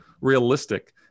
realistic